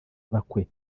ibakwe